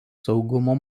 saugumo